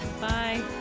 Bye